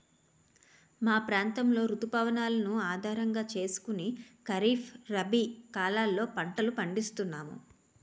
మా ప్రాంతంలో రుతు పవనాలను ఆధారం చేసుకుని ఖరీఫ్, రబీ కాలాల్లో పంటలు పండిస్తున్నాము